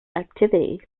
activity